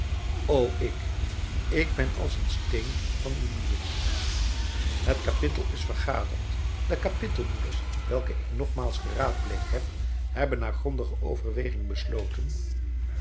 o ik ik ben als een steen van uw muur het kapittel is vergaderd de kapittel moeders welke ik nogmaals geraadpleegd heb hebben na grondige overweging besloten